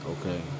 Okay